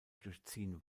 durchziehen